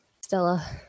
Stella